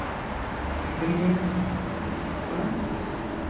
second में आएं